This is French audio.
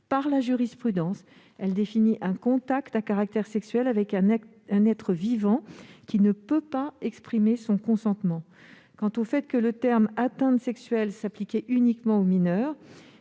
par la jurisprudence : elle définit un contact à caractère sexuel avec un être vivant qui ne peut pas exprimer son consentement. Si les termes « atteintes sexuelles » s'appliquent uniquement aux mineurs,